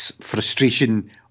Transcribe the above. frustration